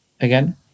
again